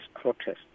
protests